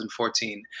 2014